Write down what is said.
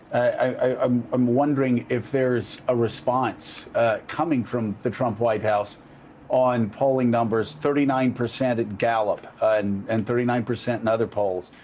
i'm um wondering if there's a response coming from the trump white house on polling numbers? thirty nine percent at gallup and and thirty nine percent in other polls.